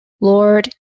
Lord